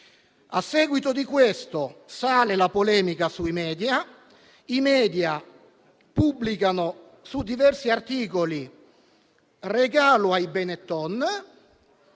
A seguito di questo, sale la polemica sui *media*, che titolano in diversi articoli «regalo ai Benetton»